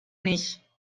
nicht